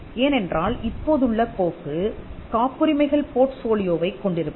ஏனென்றால் இப்போதுள்ள போக்கு காப்புரிமைகள் போர்ட்போலியோவைக் கொண்டிருப்பது